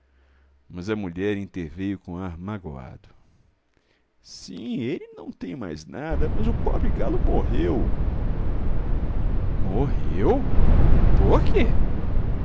mas a mulher interveio com ar magoado sim ele não tem mais nada mas o pobre galo morreu morreu por quê